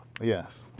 Yes